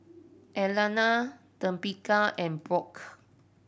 Alanna and Brooke